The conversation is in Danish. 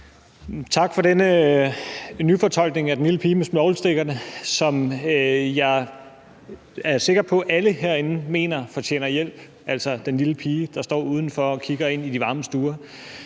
Tak for denne nyfortolkning af »Den lille pige med svovlstikkerne«, som jeg er sikker på alle herinde mener fortjener hjælp, altså den lille pige, der står udenfor og kigger ind i de varme stuer.